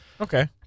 Okay